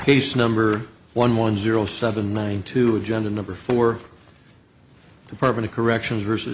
piece number one one zero seven nine to agenda number four department of corrections versus